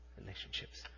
relationships